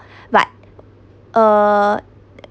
but err